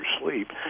sleep